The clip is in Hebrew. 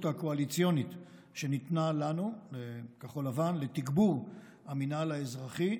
הקואליציונית שניתנה לנו בכחול לבן לתגבור המינהל האזרחי,